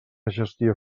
gestió